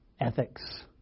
Ethics